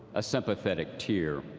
a sympathetic tear.